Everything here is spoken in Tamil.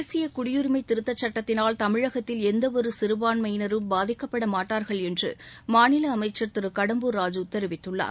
தேசிய குடியுரிமை திருத்தச் சட்டத்தினால் தமிழகத்தில் எந்த ஒரு சிறுபான்மையினரும் பாதிக்கப்பட மாட்டா்கள் என்று மாநில அமைச்சா் திரு கடம்பூர் ராஜு தெரிவித்துள்ளார்